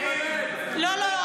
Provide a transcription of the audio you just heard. לא לא,